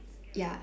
ya